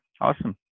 awesome